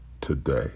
today